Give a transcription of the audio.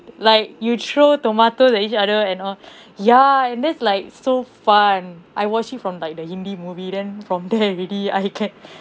like you throw tomatoes at each other and all ya and that's like so fun I watched it from like the hindi movie then from there already I can